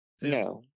No